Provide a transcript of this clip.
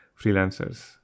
freelancers